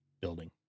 building